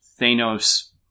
Thanos